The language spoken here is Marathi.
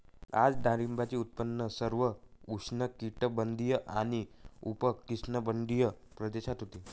आज डाळिंबाचे उत्पादन सर्व उष्णकटिबंधीय आणि उपउष्णकटिबंधीय प्रदेशात होते